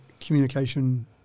communication